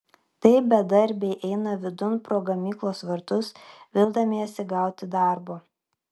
tai bedarbiai eina vidun pro gamyklos vartus vildamiesi gauti darbo